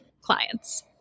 clients